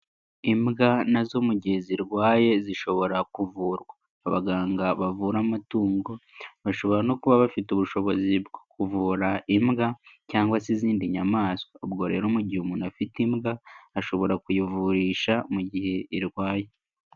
Imbwa nazo mu gihe zirwaye zishobora kuvurwa. Abaganga bavura amatungo bashobora no kuba bafite ubushobozi bwo kuvura imbwa cyangwa se izindi nyamaswa. Ubwo rero mu gihe umuntu afite imbwa ashobora kuyivurisha mu gihe irwaye.